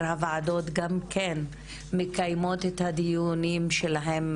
הוועדות גם כן מקיימות את הדיונים שלהם,